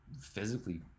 physically